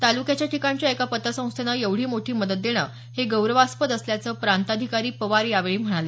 तालुक्याच्या ठिकाणच्या एका पतसंस्थेनं एवढी मोठी मदत देणं हे गौरवास्पद असल्याचं प्रांताधिकारी पवार यावेळी म्हणाले